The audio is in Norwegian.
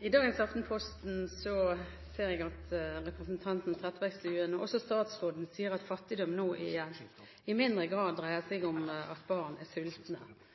i dag ser jeg at statsråden sier at fattigdom nå i mindre grad dreier seg om at barn er sultne – i mindre grad enn hva, og når, tenker jeg. De siste tiårene, kan man vel si, har debatten om fattige barn